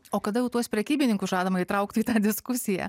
o kada jau tuos prekybininkus žadama įtraukti į tą diskusiją